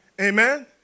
Amen